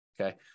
okay